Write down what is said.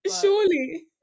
surely